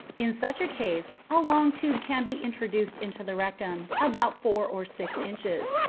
in such a case a long tube can be introduced into the rectum, about four or six inches,